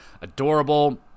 adorable